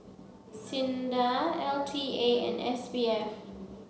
SINDA L T A and S B F